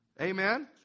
Amen